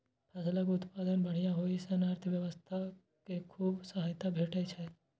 फसलक उत्पादन बढ़िया होइ सं अर्थव्यवस्था कें खूब सहायता भेटै छै